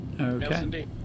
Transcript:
okay